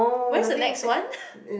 when is the next one